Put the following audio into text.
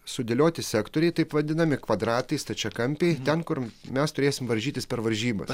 sudėlioti sektoriai taip vadinami kvadratai stačiakampiai ten kur mes turėsim varžytis per varžybas